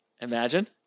Imagine